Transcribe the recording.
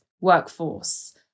workforce